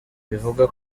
bivugwa